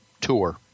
Tour